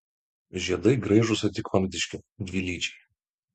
žiedai graižuose tik vamzdiški dvilyčiai